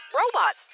robot